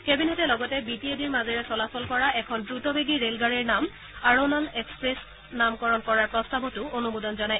কেবিনেটে লগতে B T A ডিৰ মাজেৰে চলাচল কৰা এখন দ্ৰুতবেগী ৰেলগাড়ীৰ নাম আৰোনল এক্সপ্ৰেছ নামকৰণ কৰাৰ প্ৰস্তাৱতো অনুমোদন জনায়